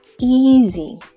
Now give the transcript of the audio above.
easy